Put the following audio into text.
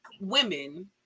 women